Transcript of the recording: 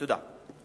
תודה.